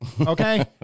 okay